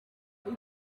leta